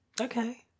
Okay